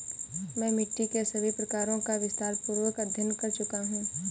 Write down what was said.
मैं मिट्टी के सभी प्रकारों का विस्तारपूर्वक अध्ययन कर चुका हूं